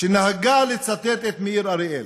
שנהגה לצטט את מאיר אריאל.